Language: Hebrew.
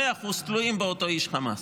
במאה אחוז, תלויים באותו איש חמאס.